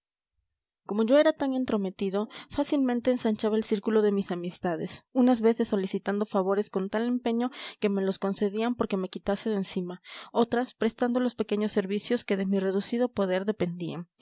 como yo era tan entrometido fácilmente ensanchaba el círculo de mis amistades unas veces solicitando favores con tal empeño que me los concedían porque me quitase de encima otras prestando los pequeños servicios que de mi reducido poder dependían